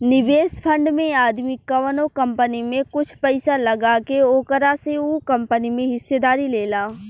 निवेश फंड में आदमी कवनो कंपनी में कुछ पइसा लगा के ओकरा से उ कंपनी में हिस्सेदारी लेला